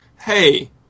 Hey